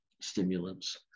stimulants